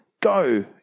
Go